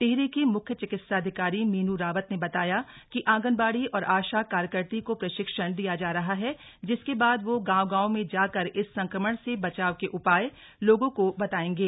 टिहरी की मुख्य चिकित्साधिकारी मीनू रावत ने बताया कि आंगनबाड़ी और आशा कार्यकर्ती को प्रशिक्षण दिया जा रहा है जिसके बाद वो गांव गांव में जाकर इस संक्रमण से बचाव के उपाय लोगों को बताएंगे